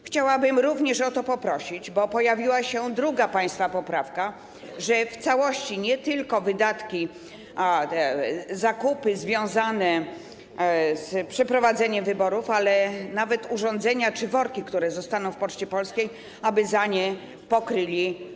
Chciałabym o to poprosić, bo pojawiła się druga państwa poprawka, żeby w całości nie tylko wydatki, zakupy związane z przeprowadzeniem wyborów, nawet urządzenia czy worki, które zostaną w Poczcie Polskiej, aby koszty pokryli.